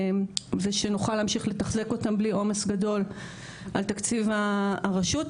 ושנוכל להמשיך ולתחזק אותם בלי עומס גדול על תקציב הרשות.